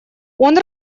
она